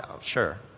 sure